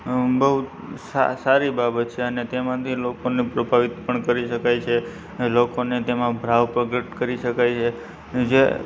બહુ જ સારી બાબત છે અને તેમાંથી લોકોને પ્રભાવિત પણ કરી શકાય છે લોકોને તેમાં ભાવ પ્રગટ કરી શકાય છે જે